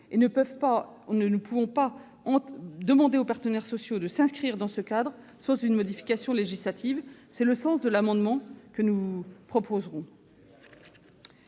nous ne pouvons demander aux partenaires sociaux de s'inscrire dans un nouveau cadre sans une modification législative. C'est le sens de l'amendement que nous vous proposerons.